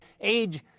Age